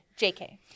Jk